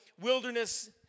wilderness